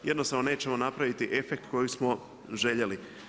Jednostavno nećemo napraviti efekt koji smo željeli.